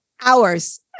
Hours